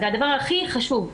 זה הדבר הכי חשוב.